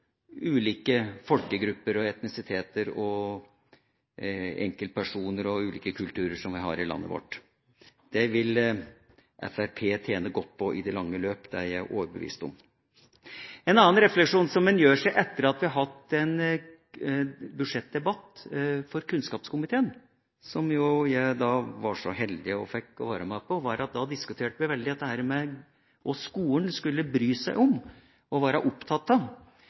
ulike folkegrupper, etnisiteter, enkeltpersoner og ulike kulturer som vi har i landet vårt. Det vil Fremskrittspartiet tjene godt på i det lange løp – det er jeg overbevist om. En annen refleksjon som en gjør seg etter at vi har hatt en budsjettdebatt i kunnskapskomiteen, som jeg var så heldig å få være med på, er diskusjonen om hva skolen skal bry seg om og være opptatt av.